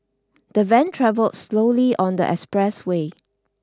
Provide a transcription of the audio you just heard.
the van travel slowly on the expressway